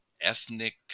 ethnic